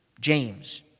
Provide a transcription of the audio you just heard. James